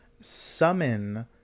summon